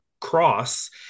cross